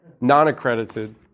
non-accredited